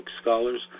scholars